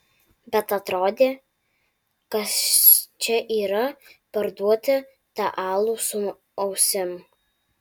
bet atrodė kas čia yra parduoti tą alų su ausim